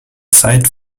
zeit